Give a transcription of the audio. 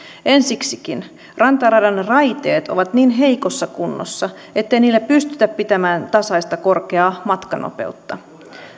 ensiksikin rantaradan raiteet ovat niin heikossa kunnossa ettei niillä pystytä pitämään tasaista korkeaa matkanopeutta